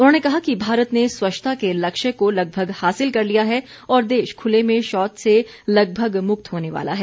उन्होंने कहा कि भारत ने स्वच्छता के लक्ष्य को लगभग हासिल कर लिया है और देश खुले में शौच से लगभग मुक्त होने वाला है